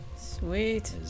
Sweet